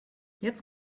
jetzt